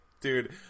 Dude